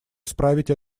исправить